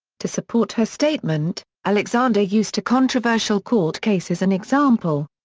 to support her statement, alexander used a controversial court case as an example.